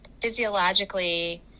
physiologically